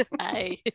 Hi